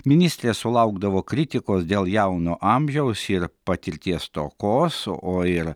ministrė sulaukdavo kritikos dėl jauno amžiaus ir patirties stokos o ir